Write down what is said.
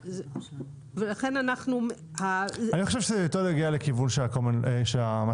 אני חושב שזה יותר נוגע לכיוון של הקומנסנס,